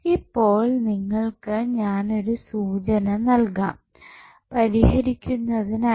ഇപ്പോൾ നിങ്ങൾക്ക് ഞാൻ ഒരു സൂചന നൽകാം പരിഹരിക്കുന്നതിനായി